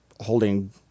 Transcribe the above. holding